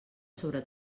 sobre